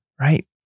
right